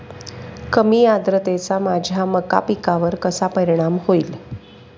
कमी आर्द्रतेचा माझ्या मका पिकावर कसा परिणाम होईल?